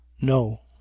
No